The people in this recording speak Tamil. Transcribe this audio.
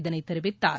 இதனைத் தெரிவித்தார்